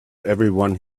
everyone